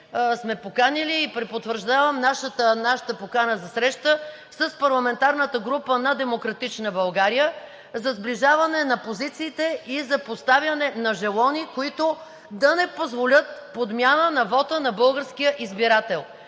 сме поканили – и препотвърждавам нашата покана за среща, парламентарната група на „Демократична България“ за сближаване на позициите и за поставяне на жалони, които да не позволят подмяна на вота на българския избирател.